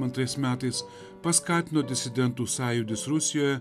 antrais metais paskatino disidentų sąjūdis rusijoje